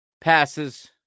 passes